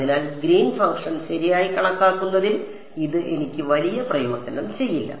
അതിനാൽ Green function ശരിയായി കണക്കാക്കുന്നതിൽ ഇത് എനിക്ക് വലിയ പ്രയോജനം ചെയ്യില്ല